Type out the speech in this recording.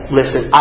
listen